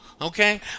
Okay